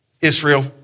Israel